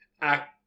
act